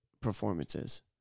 performances